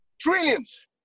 Trillions